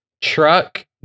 truck